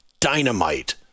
dynamite